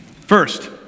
First